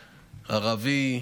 ערבי.